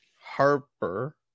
Harper